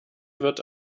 wird